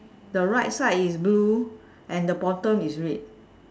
the right side is blue and the bottom is red